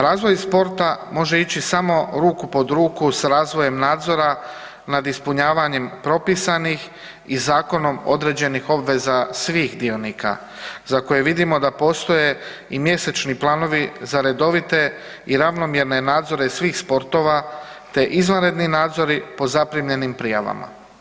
Razvoj sporta može ići samo ruku pod ruku s razvojem nadzora nad ispunjavanjem propisanih i zakonom određenih obveza svih dionika za koje vidimo da postoje i mjesečni planovi za redovite i ravnomjerne nadzore svih sportova, te izvanredni nadzori po zaprimljenim prijavama.